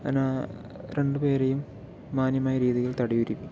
ഞാനാ രണ്ട് പേരെയും മാന്യമായ രീതിയിൽ തടിയൂരി